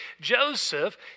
Joseph